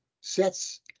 sets